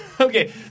Okay